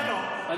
מספיק.